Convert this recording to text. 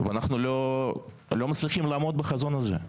ואנחנו לא מצליחים לעמוד בחזון הזה.